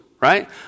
Right